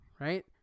Right